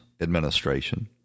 administration